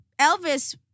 Elvis